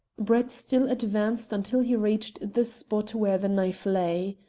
brett still advanced until he reached the spot where the knife lay.